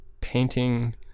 painting